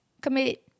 commit